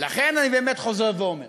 לכן אני באמת חוזר ואומר,